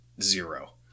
zero